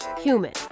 human